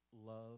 love